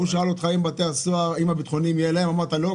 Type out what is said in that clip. הוא שאל אותך אם לביטחוניים יהיה, אמרת לא.